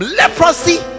leprosy